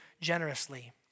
generously